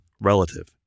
relative